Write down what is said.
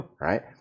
Right